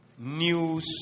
news